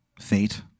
fate